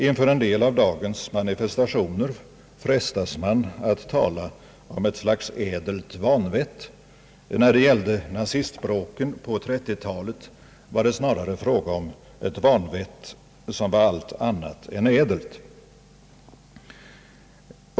Inför en del av dagens manifestationer frestas man att tala om ett slags ädelt vanvett. När det gäller nazistbråken på 1930-talet var det snarare fråga om ett vanvett som var allt annat än ädelt.